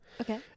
Okay